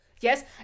yes